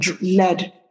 led